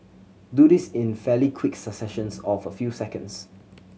do this in fairly quick successions of a few seconds